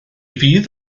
fydd